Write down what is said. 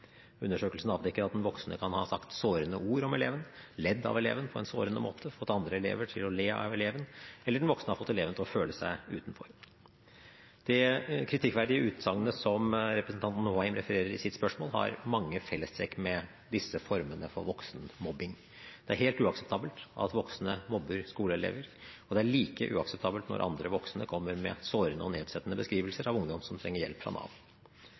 Undersøkelsen avdekker at den voksne kan ha sagt sårende ord om eleven, ledd av eleven på en sårende måte, fått andre elever til å le av eleven, eller den voksne har fått eleven til å føle seg utenfor. Det kritikkverdige utsagnet som representanten Håheim referer i sitt spørsmål, har mange fellestrekk med disse formene for voksenmobbing. Det er helt uakseptabelt at voksne mobber skoleelever, og det er like uakseptabelt når andre voksne kommer med sårende og nedsettende beskrivelser av ungdom som trenger hjelp fra Nav.